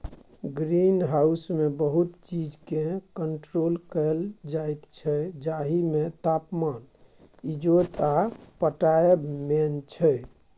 green हाउसमे बहुत चीजकेँ कंट्रोल कएल जाइत छै जाहिमे तापमान, इजोत आ पटाएब मेन छै